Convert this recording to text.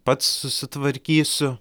pats susitvarkysiu